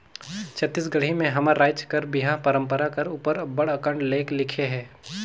छत्तीसगढ़ी में हमर राएज कर बिहा परंपरा कर उपर अब्बड़ अकन लेख लिखे हे